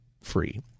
free